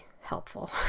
helpful